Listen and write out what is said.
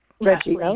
Reggie